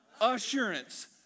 Assurance